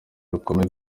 rukomeye